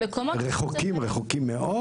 רחוקים, רחוקים מאוד?